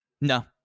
No